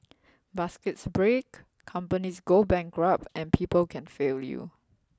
baskets break companies go bankrupt and people can fail you